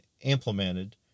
implemented